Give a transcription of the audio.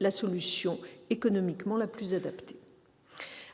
la solution économiquement la plus adaptée.